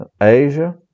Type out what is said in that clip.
Asia